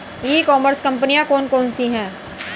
ई commerce कंपनियाँ कौन कौन सी हैं?